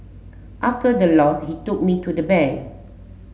after the loss he took me to the bank